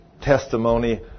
testimony